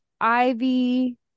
Ivy